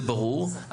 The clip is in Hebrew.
זה ברור,